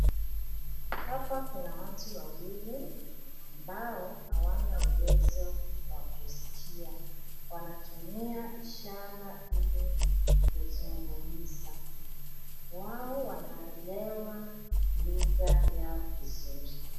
Hapa kuna watu wawili ambao hawana uwezo wa kusikia. Wanatumia ishara ili kuzungumza. Wao wanaelewa lugha yao vizuri.